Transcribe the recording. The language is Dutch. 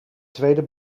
tweede